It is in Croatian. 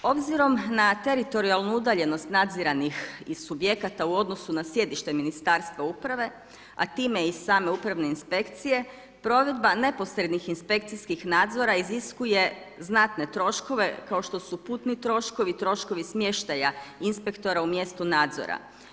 Obzirom na teritorijalnu udaljenost nadziranih i subjekata u odnosu na sjedište Ministarstva uprave, a time i same Upravne inspekcije provedba neposrednih inspekcijskih nadzora iziskuje znatne troškove kao što su putni troškovi, troškovi smještaja inspektora u mjestu nadzora.